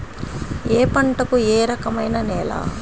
ఏ పంటకు ఏ రకమైన నేల?